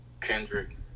Kendrick